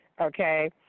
okay